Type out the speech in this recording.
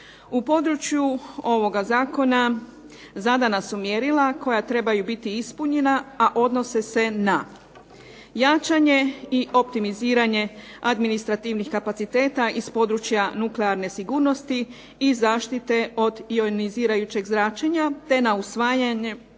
U području ovoga zakona zadana su mjerila koja trebaju biti ispunjena, a odnose se na: jačanje i optimiziranje administrativnih kapaciteta iz područja nuklearne sigurnosti i zaštite od ionizirajućeg zračenja te na usvajanje